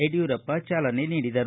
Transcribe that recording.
ಯಡಿಯೂರಪ್ಪ ಚಾಲನೆ ನೀಡಿದರು